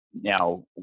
Now